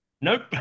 Nope